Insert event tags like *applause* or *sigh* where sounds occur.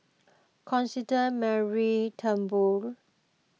*noise* Constance Mary Turnbull